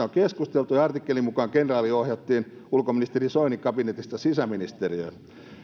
on keskusteltu ja artikkelin mukaan kenraali ohjattiin ulkoministeri soinin kabinetista sisäministeriöön